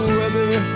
weather